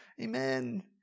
Amen